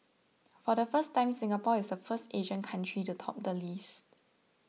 for the first time Singapore is the first Asian country to top the list